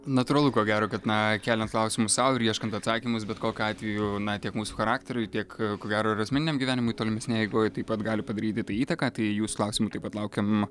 natūralu ko gero kad na keliant klausimus sau ir ieškant atsakymus bet kokiu atveju na tiek mūsų charakteriui tiek gero ir asmeniniam gyvenimui tolimesnėj eigoj taip pat gali padaryti tai įtaką tai jūsų klausimų taip pat laukiam